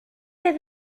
des